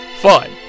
fun